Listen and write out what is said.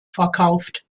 verkauft